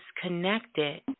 connected